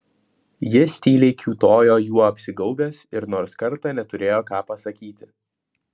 jis tyliai kiūtojo juo apsigaubęs ir nors kartą neturėjo ką pasakyti